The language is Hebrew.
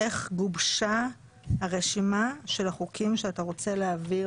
איך גובשה הרשימה של החוקים שאתה רוצה להעביר